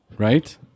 Right